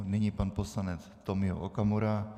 Nyní pan poslanec Tomio Okamura.